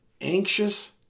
anxious